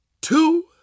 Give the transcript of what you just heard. two